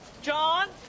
John